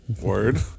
Word